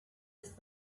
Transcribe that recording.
ist